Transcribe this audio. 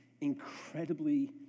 incredibly